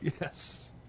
Yes